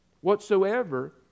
whatsoever